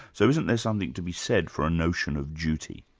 so isn't there something to be said for a notion of duty?